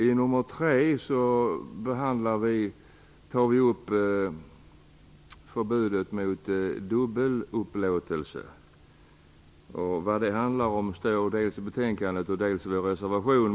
I nr 3 tar vi upp förbudet mot dubbelupplåtelse. Vad det handlar om står dels i betänkandet, dels i vår reservation.